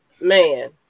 man